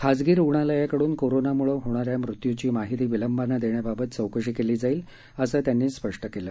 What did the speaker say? खाजगी रुग्णालयाकडून कोरोनामुळे होणाऱ्या मृत्यूची माहिती विलंबानं देण्याबाबत चौकशी केली जाईल असं त्यांनी स्पष्ट केलं